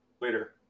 later